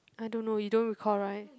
I don't know you don't recall right